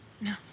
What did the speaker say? no